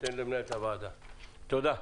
תודה.